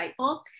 insightful